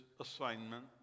assignment